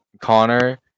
Connor